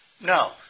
no